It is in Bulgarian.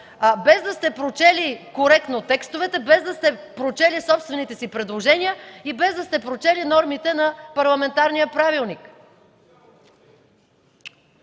без да сте прочели коректно текстовете, без да сте прочели собствените си предложения и без да сте прочели нормите на Правилника